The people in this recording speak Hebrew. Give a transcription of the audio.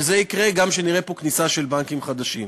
וזה יקרה גם כשנראה פה כניסה של בנקים חדשים.